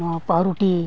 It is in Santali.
ᱱᱚᱣᱟ ᱯᱟᱣᱨᱩᱴᱤ